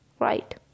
right